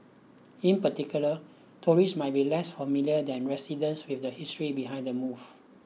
in particular tourists might be less familiar than residents with the history behind the move